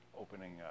opening